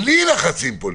בלי לחצים פוליטיים,